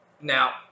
Now